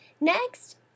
Next